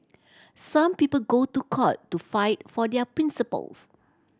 some people go to court to fight for their principles